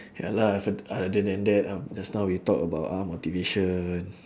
ya lah othe~ other than that um just now we talk about ah motivation